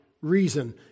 reason